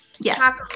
Yes